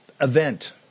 event